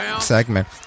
segment